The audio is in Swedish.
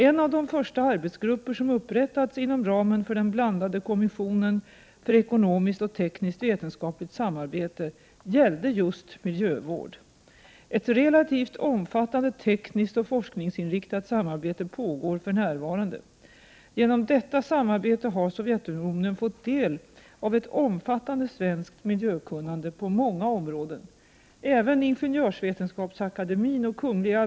En av de första arbetsgrupper som inrättades inom ramen för den blandade kommissionen för ekonomiskt och teknisktvetenskapligt samarbete gällde just miljövård. Ett relativt omfattande tekniskt och forskningsinriktat samarbete pågår för närvarande. Genom detta samarbete har Sovjetunionen fått del av ett omfattande svenskt miljökunnande på många områden. Även Ingenjörsvetenskapsakademien och Kungl.